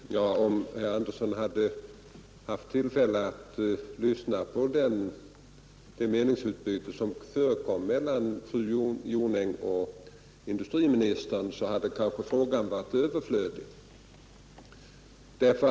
Herr talman! Om herr Andersson i Örebro hade haft tillfälle att lyssna på det meningsutbyte som förekom mellan fru Jonäng och industriministern, hade kanske frågan varit överflödig.